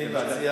ועדת הכספים.